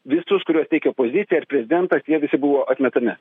visus kuriuos teikia opozicija ar prezidentas jie visi buvo atmetami